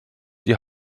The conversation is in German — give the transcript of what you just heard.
die